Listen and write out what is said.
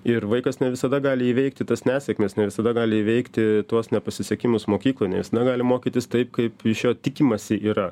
ir vaikas ne visada gali įveikti tas nesėkmes ne visada gali įveikti tuos nepasisekimus mokykloj ne visada gali mokytis taip kaip iš jo tikimasi yra